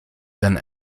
then